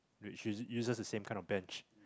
which is uses the same kind of benches